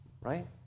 right